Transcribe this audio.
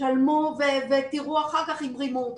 תשלמו ותראו אחר כך אם רימו אתכם.